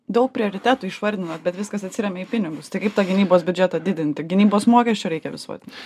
daug prioritetų išvardinot bet viskas atsiremia į pinigus tai kaip tą gynybos biudžetą didinti gynybos mokesčio reikia visuotinio